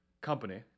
company